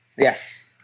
Yes